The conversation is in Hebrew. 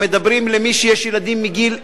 מדברים על מי שיש לו ילדים מגיל,